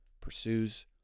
pursues